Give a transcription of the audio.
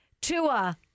Tua